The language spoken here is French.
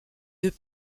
deux